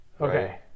okay